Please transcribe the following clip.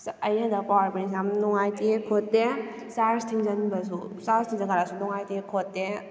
ꯑꯩ ꯍꯟꯗꯛ ꯄꯧꯋꯔ ꯕꯦꯡꯁꯦ ꯌꯥꯝ ꯅꯨꯡꯉꯥꯏꯇꯦ ꯈꯣꯠꯇꯦ ꯆꯥꯔꯆ ꯊꯤꯡꯖꯤꯟꯕꯁꯨ ꯆꯥꯔꯆ ꯊꯤꯡꯖꯤꯟꯇꯥꯔꯁꯨ ꯅꯨꯡꯉꯥꯏꯇꯦ ꯈꯣꯠꯇꯦ